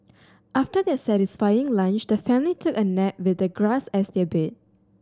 after their satisfying lunch the family took a nap with the grass as their bed